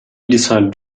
decided